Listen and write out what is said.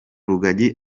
rugagi